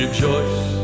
Rejoice